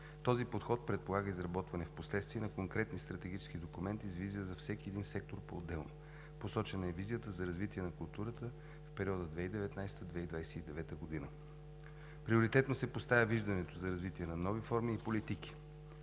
Този подход предполага изработване впоследствие на конкретни стратегически документи с визия за всеки един сектор поотделно. Посочена е и визията за развитие на културата в периода 2019 – 2029 г. Приоритетно се поставя виждането за развитие на нови форми и политики.